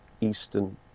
eastern